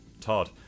Todd